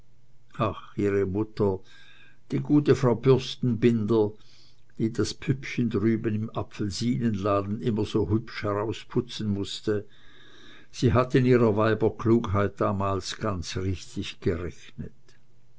ach ihre mutter die gute frau bürstenbinder die das püppchen drüben im apfelsinenladen immer so hübsch herauszuputzen wußte sie hat in ihrer weiberklugheit damals ganz richtig gerechnet